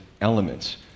elements